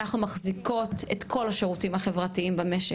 אנחנו מחזיקות את כל השירותים החברתיים במשק.